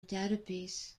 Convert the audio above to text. database